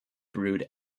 brewed